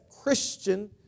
Christian